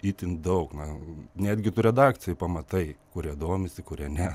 itin daug na netgi tu redakcijoj pamatai kurie domisi kurie ne